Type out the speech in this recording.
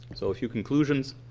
so a few conclusions.